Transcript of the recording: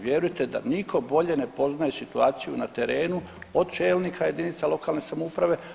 Vjerujte da nitko bolje ne poznaje situaciju na terenu od čelnika jedinica lokalne samouprave.